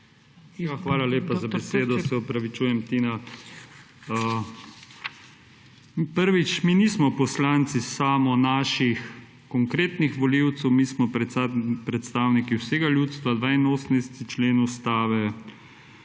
Hvala lepa za besedo. Se opravičujem Tina. Prvič, mi nismo poslanci samo naših konkretnih volivcev, mi smo predstavniki vsega ljudstva - 82. člen Ustave.